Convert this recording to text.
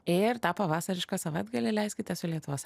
ir tą pavasarišką savaitgalį leiskite su lietuvos